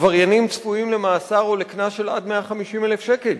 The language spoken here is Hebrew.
עבריינים צפויים למאסר או לקנס עד 150,000 שקל.